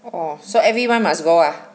orh so everyone must go lah